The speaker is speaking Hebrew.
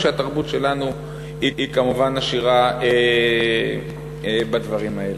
והתרבות שלנו היא כמובן עשירה בדברים האלה.